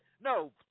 No